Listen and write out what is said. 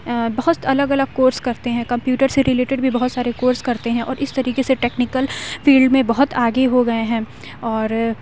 بہت الگ الگ کورس کرتے ہیں کمپیوٹر سے ریلیٹڈ بھی بہت سارے کورس کرتے ہیں اور اس طریقے سے ٹیکنیکل فیلڈ میں بہت آگے ہو گئے ہیں اور